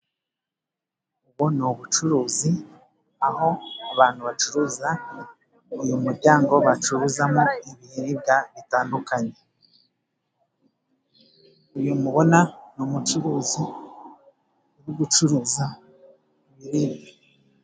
Ubu ni ubucuruzi, aho abantu bacuruza. Uyu muryango bacuruzamo ibiribwa bitandukanye. Uyu mubona ni umucuruzi uri gucuruza ibintu.